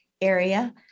area